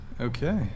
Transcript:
Okay